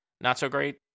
not-so-great